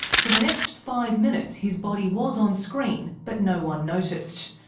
for the next five minutes his body was on screen, but no one noticed.